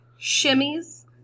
shimmies